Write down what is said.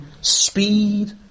speed